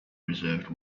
reserved